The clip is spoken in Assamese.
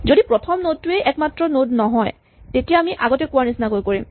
যদি প্ৰথম নড টোৱেই একমাত্ৰ নড নহয় তেতিয়া আমি আগতে কোৱাৰ নিচিনাকৈ কৰিম